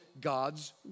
God's